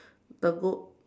the book